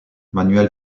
manuel